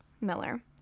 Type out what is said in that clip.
miller